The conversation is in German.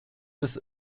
des